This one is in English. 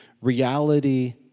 reality